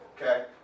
Okay